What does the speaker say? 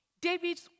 David